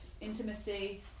intimacy